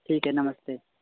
ठीक है नमस्ते